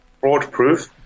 fraud-proof